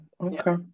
Okay